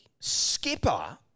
Skipper